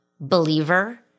believer